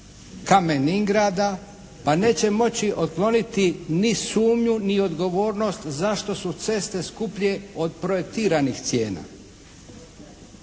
Kamen-Ingrada pa neće moći otkloniti ni sumnju ni odgovornost zašto su ceste skuplje od projektiranih cijena?